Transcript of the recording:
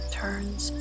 turns